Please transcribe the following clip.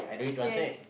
yes